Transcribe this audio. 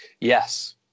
Yes